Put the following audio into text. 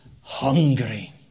hungry